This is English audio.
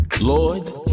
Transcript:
Lord